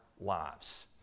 lives